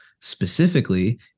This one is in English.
Specifically